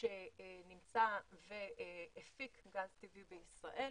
שנמצא והפיק גז טבעי בישראל.